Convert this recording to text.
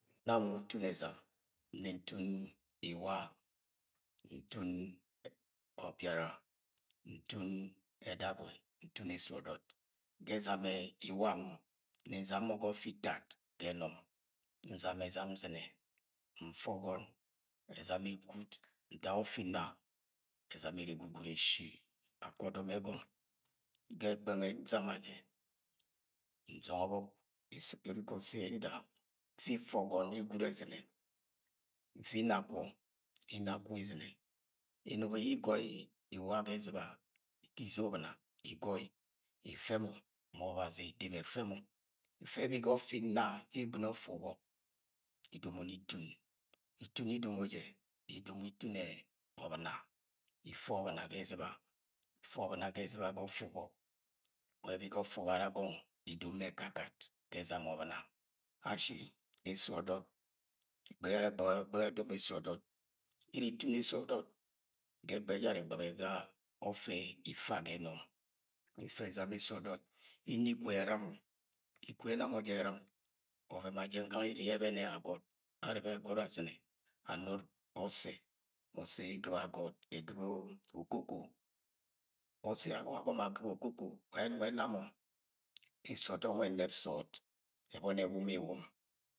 Nam nni ntun ẹzam. Nni ntun iwa, ntun ọbiara, ntun ẹdasọi, ntun esud ọdọt. Ga ẹzamẹ iwam, nni nzam mọ ga ọtẹ itad ga ẹnọm nzama ẹzam nz̵inẹ, nfẹ ọgọn ẹzam egw̵id ntak ofẹ inna ẹzam ere egw̵igw̵id eshi. Akẹ ọdọ ẹgom. Ga ẹgbẹghẹ nwẹ nzama jẹ. Nzọngọ ọbọk nwa ise yida nwa ntẹ ọgọn. Nfip nfẹ ọgọn egw̵id ẹz̵inẹ. Nfi nna akwọ inna akwọ iz̵inẹ, Enobo yẹ igọi iwaga ẹz̵iba ise yẹ ọb̵ina igọi ifẹ mọ ma Obazi edep ẹfẹ mọ. Ẹfẹ ẹbi ga ọfẹ inna yẹ igb̵ini ofẹ ubọk idomoni itun. Itun idomo jẹ, mi idomo itun ẹ ọb̵ina yẹ ifẹ ọb̵ina ga ̵ẹz̵iba. Ife ọb̵ina ga ẹz̵iba ga ọfẹ ubọk dudu ẹbi ga ofẹ ubara agọng idomoni ekakat ga ẹzam ob̵ina. Ashi ga esud ọdọt ẹgbẹghẹ ejara ẹgbẹghẹ iri itun esud ọdọt ga ẹgbẹghẹ ẹjara ẹghẹghẹ ga ofẹ ifa ga ẹnom ifẹ ẹzam esud ọdọt. Mi inna ikwu ẹr̵im. Ikwu ẹna me jẹ ẹr̵im ọvẹn ma jẹng gangẹ ere yẹ ẹbẹnẹ agọt awobo agọt az̵inẹ, anut ọsẹ, ọsẹ eg̵ibo, okoko. Ọsẹ yẹ anong agomo ag̵ibo okoko wa ayẹ ẹnọng ẹna mọ esud ọdọt nwẹ ẹnẹb sọọd, ẹbọni ẹwuma iwum.